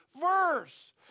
verse